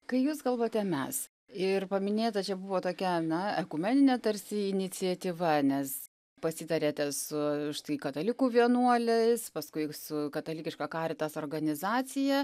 kai jūs kalbate mes ir paminėta čia buvo tokia na ekumeninė tarsi iniciatyva nes pasitarėte su štai katalikų vienuoliais paskui su katalikiška caritas organizacija